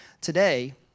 Today